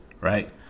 right